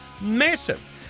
massive